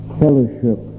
fellowship